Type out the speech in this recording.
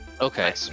Okay